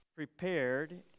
prepared